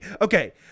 Okay